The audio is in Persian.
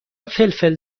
فلفل